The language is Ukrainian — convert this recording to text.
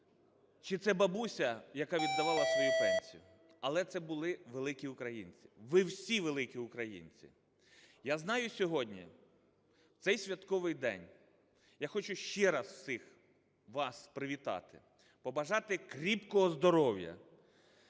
чи це бабуся, яка віддавала свою пенсію, але це були великі українці, ви всі великі українці. Я знаю, сьогодні, в цей святковий день, я хочу ще раз всіх вас привітати, побажати кріпкого здоров'я